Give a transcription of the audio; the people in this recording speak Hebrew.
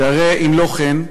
הרי אם לא כן,